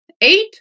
eight